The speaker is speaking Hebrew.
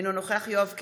אינו נוכח יואב קיש,